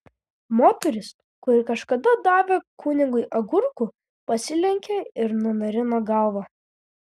moteris kuri kažkada davė kunigui agurkų pasilenkė ir nunarino galvą